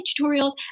tutorials